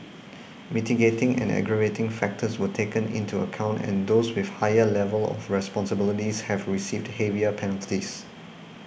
mitigating and aggravating factors were taken into account and those with higher level of responsibilities have received heavier penalties